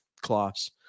class